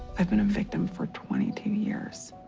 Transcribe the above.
i've been a victim for twenty two years.